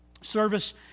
service